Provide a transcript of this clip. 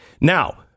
now